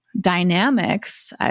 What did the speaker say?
dynamics